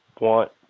want